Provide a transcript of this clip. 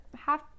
half